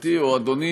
גברתי או אדוני,